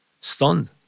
stunned